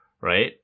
right